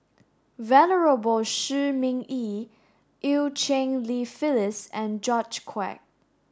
Venerable Shi Ming Yi Eu Cheng Li Phyllis and George Quek